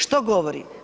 Što govori?